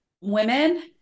women